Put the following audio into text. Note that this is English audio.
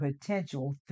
potential